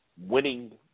winning